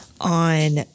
on